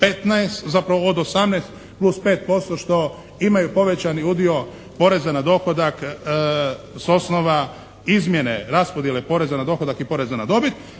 15 zapravo od 18 plus 5% što imaju povećani udio poreza na dohodak s osnova izmjene raspodjele poreza na dohodak i poreza na dobit